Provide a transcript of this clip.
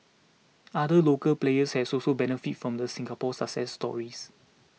other local players has also benefited from the Singapore success stories